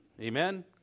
Amen